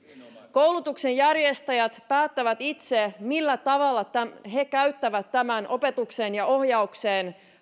koulutuksen järjestäjät päättävät itse millä tavalla he käyttävät tämän opetukseen ja ohjaukseen